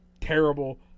terrible